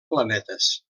planetes